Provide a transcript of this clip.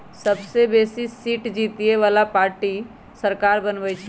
सबसे बेशी सीट जीतय बला पार्टी सरकार बनबइ छइ